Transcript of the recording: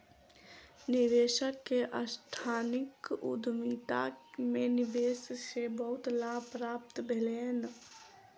निवेशक के सांस्थानिक उद्यमिता में निवेश से बहुत लाभ प्राप्त भेलैन